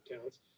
counts